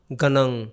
ganang